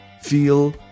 feel